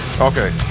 Okay